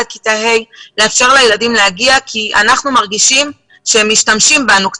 עד כיתות ה' ולאפשר לילדים להגיע כי אנחנו מרגישים שקצת משתמשים בנו.